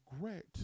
regret